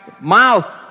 mouth